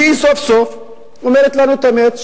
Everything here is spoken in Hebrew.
הוא שהיא סוף-סוף אומרת לנו את האמת,